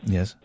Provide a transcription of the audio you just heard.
Yes